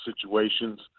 situations